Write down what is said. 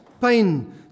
Pain